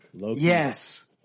Yes